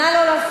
נא לא להפריע.